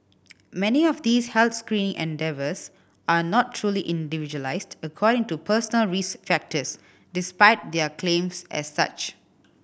many of these health screening endeavours are not truly individualised according to personal risk factors despite their claims as such